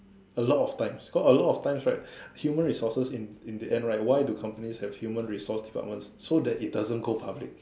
a lot of times cause a lot of times right human resources in in the end right why do companies have human resource departments so that it doesn't go public